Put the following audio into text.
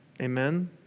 Amen